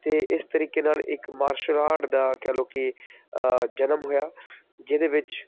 ਅਤੇ ਇਸ ਤਰੀਕੇ ਨਾਲ ਇੱਕ ਮਾਰਸ਼ਲ ਆਰਟ ਦਾ ਕਹਿ ਲਓ ਕਿ ਜਨਮ ਹੋਇਆ ਜਿਹਦੇ ਵਿੱਚ